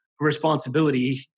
responsibility